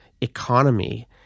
economy